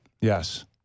Yes